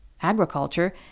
agriculture